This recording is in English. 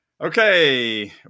Okay